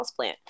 houseplant